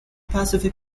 pacific